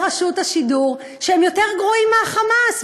רשות השידור שהם יותר גרועים מה"חמאס",